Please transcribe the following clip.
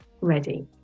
ready